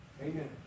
Amen